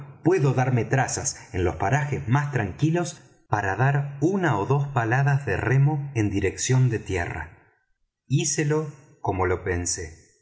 puedo darme trazas en los parajes más tranquilos parar dar una ó dos paladas de remo en dirección de tierra hícelo como lo pensé